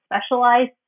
specialized